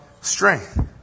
strength